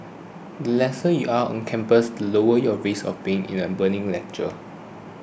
the lesser you are on campus the lower your risk of being in a burning lecture